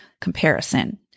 comparison